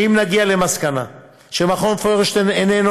ואם נגיע למסקנה שמכון פוירשטיין איננו